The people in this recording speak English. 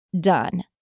done